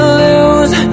lose